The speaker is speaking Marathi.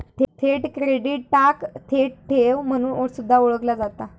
थेट क्रेडिटाक थेट ठेव म्हणून सुद्धा ओळखला जाता